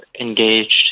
engaged